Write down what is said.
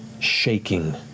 shaking